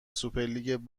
سوپرلیگ